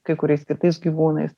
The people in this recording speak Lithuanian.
kai kuriais kitais gyvūnais